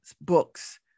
books